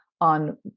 on